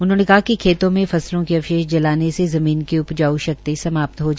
उन्होंने कहा कि खेतों मे फसलों के अवेशेष जाने से ज़मीन की उपजाऊ शक्ति समाप्त हो जाती है